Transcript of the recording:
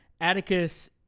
Atticus